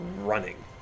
running